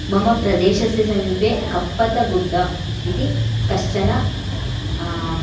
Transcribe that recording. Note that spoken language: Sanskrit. मम प्रदेशस्य समीपे कप्पतगुड्डा इति कश्चन